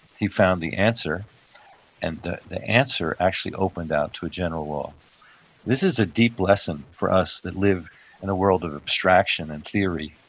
he found the answer and the the answer actually opened out to a general law this is a deep lesson for us that live in a world of abstraction and theory.